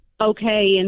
okay